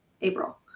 april